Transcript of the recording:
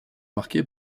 marquée